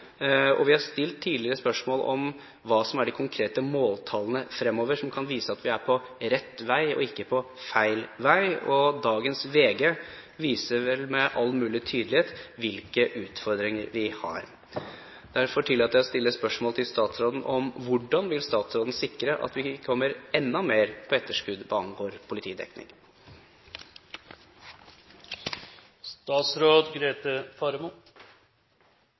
Vi har tidligere stilt spørsmål om hva som er de konkrete måltallene som fremover kan vise at vi er på rett vei, og ikke på feil vei. Dagens VG viser vel med all mulig tydelighet hvilke utfordringer vi har. Derfor tillater jeg å stille spørsmål til statsråden om hvordan statsråden vil sikre at ikke kommer enda mer på etterskudd hva angår